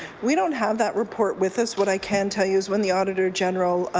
we don't have that report with us. what i can tell you is when the auditor general